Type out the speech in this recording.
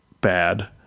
bad